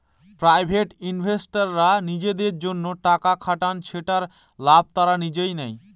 private ইনভেস্টররা নিজেদের জন্য টাকা খাটান যেটার লাভ তারা নিজেই নেয়